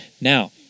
Now